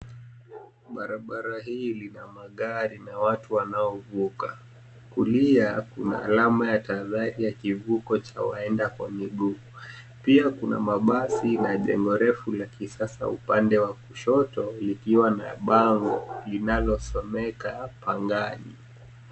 Barabara hii lina magari na watu wanaovuka. Kulia kuna alama ya tahadhari ya kivuko cha waenda kwa miguu. Pia kuna mabasi na jengo refu la kisasa upande wa kushoto likiwa na bango linalosomeka pangani.